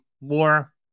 more